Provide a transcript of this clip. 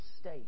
state